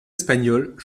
espagnols